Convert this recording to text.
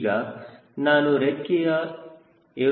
ಈಗ ನಾನು ರೆಕ್ಕೆಯ a